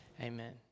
Amen